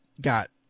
got